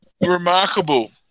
Remarkable